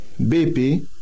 BP